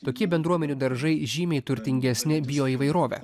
tokie bendruomenių daržai žymiai turtingesni bijo įvairove